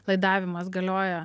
laidavimas galioja